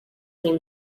cream